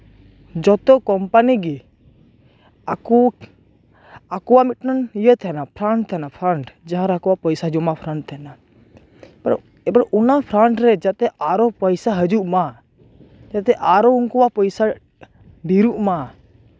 ᱡᱚᱛᱚ ᱠᱚᱢᱯᱟᱱᱤ ᱜᱮ ᱟᱠᱚ ᱟᱠᱚᱣᱟᱜ ᱢᱤᱫᱴᱟᱱ ᱤᱭᱟᱹ ᱛᱟᱦᱮᱸᱱᱟ ᱯᱷᱟᱱᱰ ᱛᱟᱦᱮᱸᱱᱟ ᱯᱷᱟᱱᱰ ᱡᱟᱦᱟᱸᱨᱮ ᱟᱠᱚᱣᱟᱜ ᱯᱚᱭᱥᱟ ᱡᱚᱢᱟᱜ ᱯᱷᱟᱱᱰ ᱛᱟᱦᱮᱸᱱᱟ ᱮᱵᱟᱨᱮ ᱚᱱᱟ ᱯᱷᱟᱱᱰ ᱨᱮ ᱡᱟᱛᱮ ᱟᱨᱚ ᱯᱚᱭᱥᱟ ᱦᱤᱡᱩᱜ ᱢᱟ ᱡᱟᱛᱮ ᱟᱨᱚ ᱩᱱᱠᱩᱣᱟᱜ ᱯᱚᱭᱥᱟ ᱰᱷᱮᱨᱚᱜᱼᱢᱟ